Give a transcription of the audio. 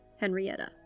Henrietta